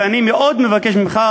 ואני מאוד מבקש ממך,